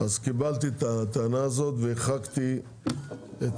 אז קיבלתי את הטענה הזאת והחרגתי את